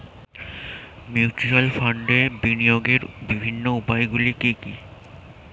Mutual ফান্ডে বিনিয়োগের বিভিন্ন উপায়গুলি কি কি?